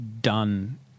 done